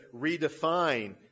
redefine